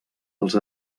dels